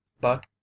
But